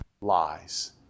lies